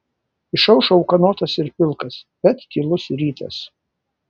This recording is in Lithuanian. išaušo ūkanotas ir pilkas bet tylus rytas